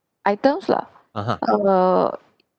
items lah err